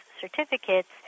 certificates